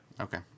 Okay